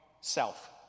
self